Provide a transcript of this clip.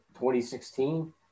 2016